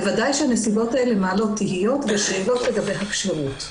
בוודאי שהנסיבות האלה מעלות תהיות ושאלות לגבי הכשירות.